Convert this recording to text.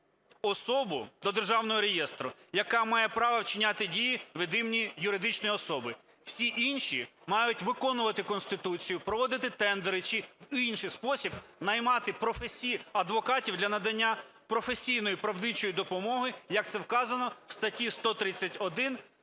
особу до державного реєстру, яка має право вчиняти дії від імені юридичної особи. Всі інші мають виконувати Конституцію, проводити тендери чи в інший спосіб наймати адвокатів для надання професійної правничої допомоги, як це вказано у статті 131